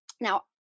Now